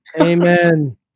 Amen